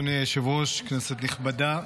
אדוני היושב-ראש, כנסת נכבדה.